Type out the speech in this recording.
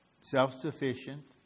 self-sufficient